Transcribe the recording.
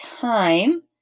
time